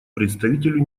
представителю